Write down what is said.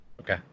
Okay